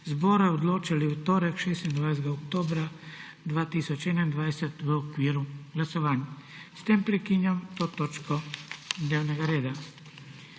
zbora odločali v torek, 26. oktobra 2021, v okviru glasovanj. S tem prekinjam to točko dnevnega reda.